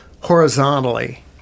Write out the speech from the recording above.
horizontally